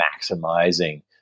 maximizing